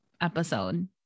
episode